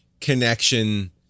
connection